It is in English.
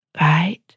Right